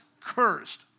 cursed